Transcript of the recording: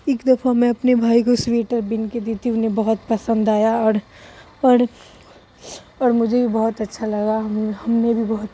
ایک دفعہ میں اپنے بھائی کو سویٹر بن کے دی تھی انہیں بہت پسند آیا اور اور اور مجھے بھی بہت اچھا لگا ہم ہم نے بھی بہت